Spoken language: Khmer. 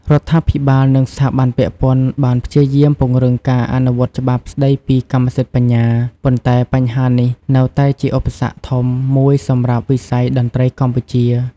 រដ្ឋាភិបាល និងស្ថាប័នពាក់ព័ន្ធបានព្យាយាមពង្រឹងការអនុវត្តច្បាប់ស្ដីពីកម្មសិទ្ធិបញ្ញា ប៉ុន្តែបញ្ហានេះនៅតែជាឧបសគ្គធំមួយសម្រាប់វិស័យតន្ត្រីកម្ពុជា។